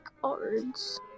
cards